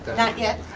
not yet?